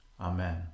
Amen